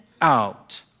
out